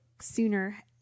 sooner